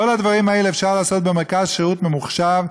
את כל הדברים האלה אפשר לעשות במרכז השירות הממוחשב.